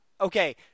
Okay